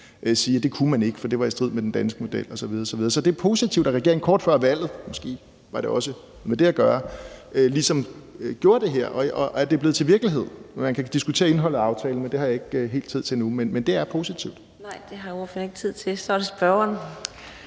sige, at det kunne man ikke, for det var i strid med den danske model osv. osv. Så det er positivt, at regeringen kort før valget – måske havde det også noget med det at gøre – ligesom gjorde det her, og at det er blevet til virkelighed. Man kan diskutere indholdet af aftalen, det har jeg ikke helt tid til nu, men det er positivt. Kl. 11:19 Fjerde næstformand (Karina Adsbøl):